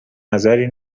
نظری